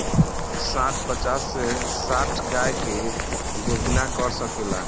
सांड पचास से साठ गाय के गोभिना कर सके ला